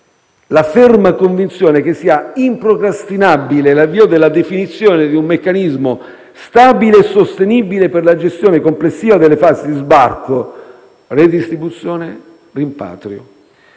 la ferma convinzione che sia improcrastinabile l'avvio della definizione di un meccanismo stabile e sostenibile per la gestione complessiva delle fasi di sbarco, redistribuzione e rimpatrio.